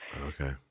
Okay